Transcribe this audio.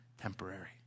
temporary